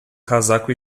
casaco